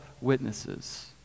witnesses